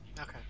Okay